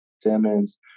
Simmons